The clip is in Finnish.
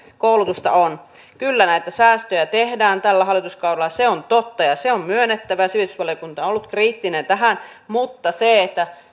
koulutusta on kyllä näitä säästöjä tehdään tällä hallituskaudella se on totta ja se on myönnettävä sivistysvaliokunta on ollut kriittinen tämän suhteen mutta se